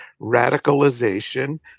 radicalization